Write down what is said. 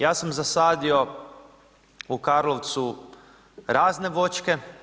Ja sam zasadio u Karlovcu razne voćke.